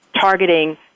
targeting